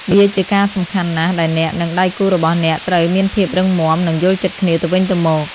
វាជាការសំខាន់ណាស់ដែលអ្នក និងដៃគូរបស់អ្នកត្រូវមានភាពរឹងមាំ និងយល់ចិត្តគ្នាទៅវិញទៅមក។